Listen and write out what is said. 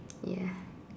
ya